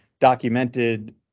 documented